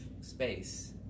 space